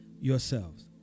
yourselves